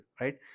right